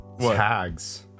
Tags